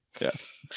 Yes